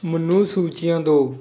ਮੈਨੂੰ ਸੂਚੀਆਂ ਦਿਓ